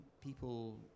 people